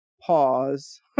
Pause